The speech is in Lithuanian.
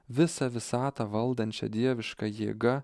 visą visatą valdančia dieviška jėga